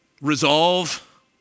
Resolve